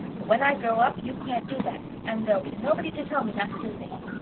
but when i grow up you can't do that, and there'll be nobody to tell me not to do things.